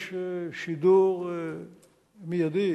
יש שידור מיידי